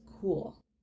cool